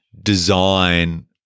design